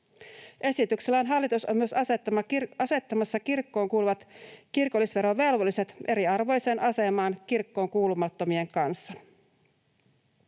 Esityksellään hallitus on myös asettamassa kirkkoon kuuluvat kirkollisverovelvolliset eriarvoiseen asemaan kirkkoon kuulumattomien kanssa.